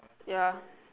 ya